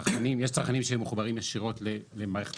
יש צרכנים שהם מחוברים ישירות למערכת